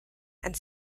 and